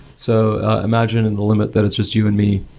so imagining the limit that it's just you and me,